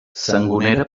sangonera